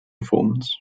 performance